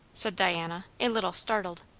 said diana, a little startled.